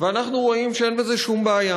ואנחנו רואים שאין בזה שום בעיה.